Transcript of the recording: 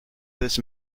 this